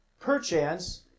perchance